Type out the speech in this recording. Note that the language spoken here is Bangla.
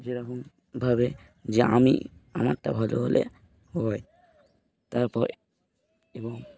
যেরকমভাবে যে আমি আমারটা ভালো হলে হবে তারপরে এবং